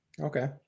Okay